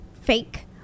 Fake